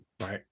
Right